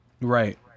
Right